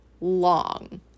long